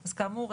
כאמור,